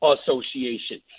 Association